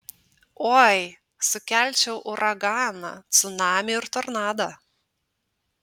oi sukelčiau uraganą cunamį ir tornadą